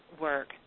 work